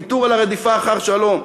ויתור על הרדיפה אחר שלום.